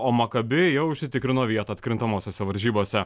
o maccabi jau užsitikrino vietą atkrintamosiose varžybose